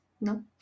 no